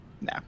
No